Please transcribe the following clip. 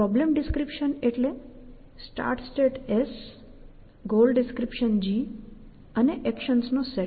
problem description એટલે start state S goal description g અને actions નો સેટ